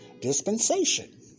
dispensation